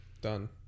done